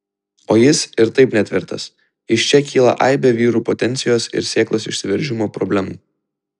o jis ir taip netvirtas iš čia kyla aibė vyrų potencijos ir sėklos išsiveržimo problemų